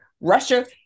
Russia